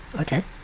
Okay